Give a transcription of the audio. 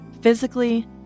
physically